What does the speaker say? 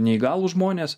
neįgalūs žmonės